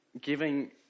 giving